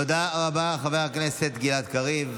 תודה רבה, חבר הכנסת גלעד קריב.